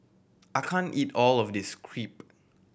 I can't eat all of this Crepe